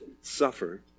suffer